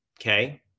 okay